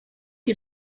you